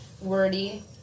wordy